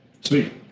Sweet